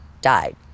died